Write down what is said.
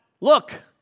Look